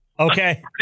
Okay